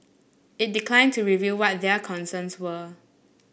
it declined to reveal what their concerns were